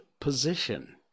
position